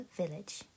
village